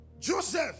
Joseph